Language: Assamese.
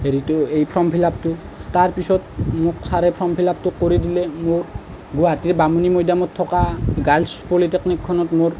হেৰিতো এই ফৰ্ম ফিলাপটো তাৰপিছত মোক চাৰে মোক ফৰ্ম ফিলাপটো কৰি দিলে মোৰ গুৱাহাটীৰ বামুণী মৈদামত থকা গাৰ্লচ পলিটেকনিকখনত মোৰ